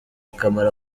akamaro